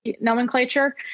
nomenclature